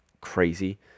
crazy